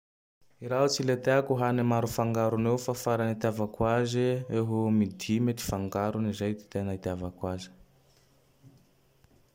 I raho tsy le tiako hany maro fangarony io fa farany itivako aze; eho am dimy ty fangarone. Izay ty tena itiavako azy.